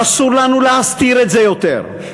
ואסור לנו להסתיר את זה יותר,